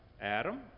Adam